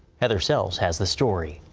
heather sells has the story.